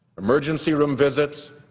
emergency room visits,